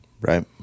right